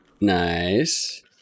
Nice